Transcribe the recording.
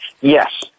Yes